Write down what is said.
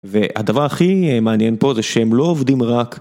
והדבר הכי מעניין פה זה שהם לא עובדים רק